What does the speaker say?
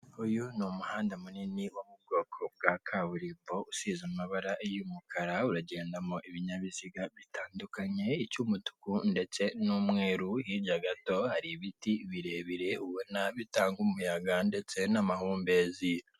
Uyu ni umuhanda munini uba mu bwoko bwa kaburimbo, usize amabara y' umukara ,uragendamo ibinyabiziga bitandukanye, icy' umutuku ndetse n' umweru, hirya Gato hari ibiti birebire ubona bitanga umuyaga ndetse n' amahumbezi.